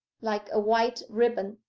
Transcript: like a white riband,